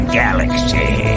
galaxy